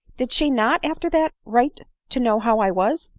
did she not, after that, write to know how i was?